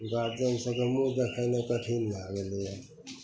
guardian सभकेँ मुँह देखेनाइ कठिन भै गेलैए